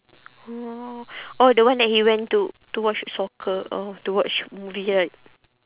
orh orh the one that he went to to watch soccer or to watch movie right